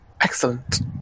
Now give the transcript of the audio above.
Excellent